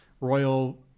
royal